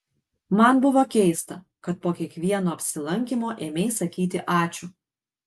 man buvo keista kad po kiekvieno apsilankymo ėmei sakyti ačiū